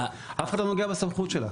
אף אחד לא נוגע בסמכות שלה.